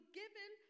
given